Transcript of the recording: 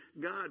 God